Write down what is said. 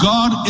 God